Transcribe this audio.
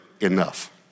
enough